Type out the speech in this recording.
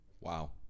wow